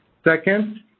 second?